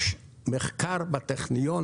יש מחקר בטכניון,